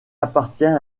appartient